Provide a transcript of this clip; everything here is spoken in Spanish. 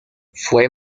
fue